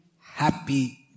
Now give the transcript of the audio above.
happy